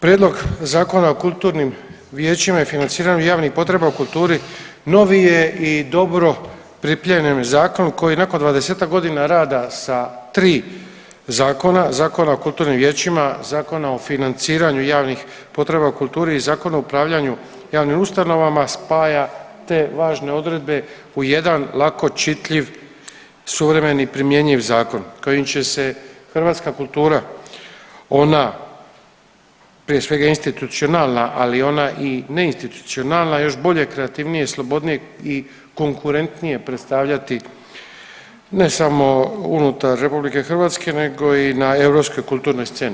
Prijedlog Zakona o kulturnim vijećima i financiranju javnih potreba u kulturi novi je i dobro pripremljen zakon koji nakon 20-tak godina rada sa 3 zakona, Zakona o kulturnim vijećima, Zakona o financiranju javnih potreba u kulturi i Zakon o upravljanju javnim ustanovama spaja te važne odredbe u jedan lako čitljiv, suvremen i primjenjiv zakon kojim će se hrvatska kultura, ona prije svega institucionalna, ali i ona i ne institucionalna još bolje, kreativnije i slobodnije i konkurentnije predstavljati ne samo unutar RH nego i na europskoj kulturnoj sceni.